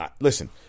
Listen